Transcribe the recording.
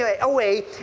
away